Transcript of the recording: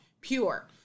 Pure